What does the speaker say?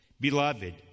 Beloved